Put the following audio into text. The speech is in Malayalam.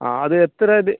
ആ അത് എത്ര ഇത്